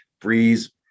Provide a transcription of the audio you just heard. breeze